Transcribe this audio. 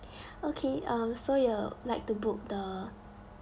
okay um so you'll like to book the